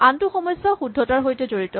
আনটো সমস্যা শুদ্ধতাৰ সৈতে জড়িত